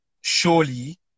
surely